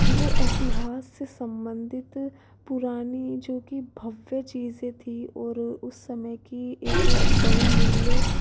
वो इतिहास से संबंधित पुरानी जो कि भव्य चीज़ें थी और उस समय की एक बहुमूल्य